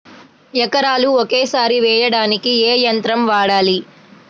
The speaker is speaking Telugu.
ఎకరాలు ఒకేసారి వేయడానికి ఏ యంత్రం వాడాలి?